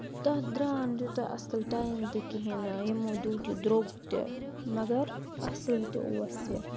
تَتھ درٛاو نہٕ توٗتاہ اَصٕل ٹایم تہِ کِہیٖنۍ نہٕ یِمو دیُت یہِ درٛوگ تہِ مگر اَصٕل تہِ اوس یہِ